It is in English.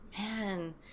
Man